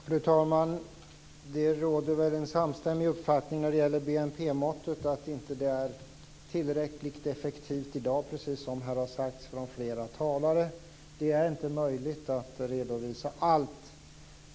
Fru talman! Det råder väl en samstämmig uppfattning när det gäller BNP-måttet. Det är inte tillräckligt effektivt i dag, precis som här har sagts från flera talare. Det är inte möjligt att redovisa allt.